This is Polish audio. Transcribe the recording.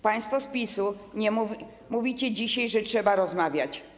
Państwo z PiS-u mówicie dzisiaj, że trzeba rozmawiać.